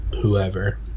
whoever